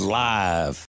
live